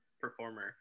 performer